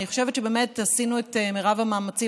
אני חושבת שבאמת עשינו את מרב המאמצים